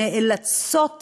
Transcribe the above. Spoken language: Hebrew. נאלצות